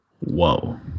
Whoa